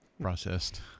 Processed